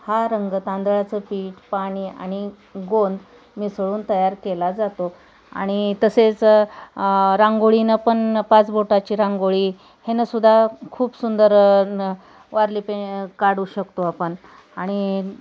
हा रंग तांदळाचं पीठ पाणी आणि गोंद मिसळून तयार केला जातो आणि तसेच रांगोळीनं पण पाच बोटाची रांगोळी हेनंसुद्धा खूप सुंदर न वारले पे काढू शकतो आपण आणि